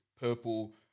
purple